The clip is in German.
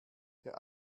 der